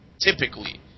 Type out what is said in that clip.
typically